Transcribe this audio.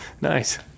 Nice